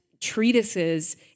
treatises